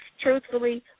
Truthfully